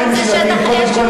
אימונים באש חיה.